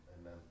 Amen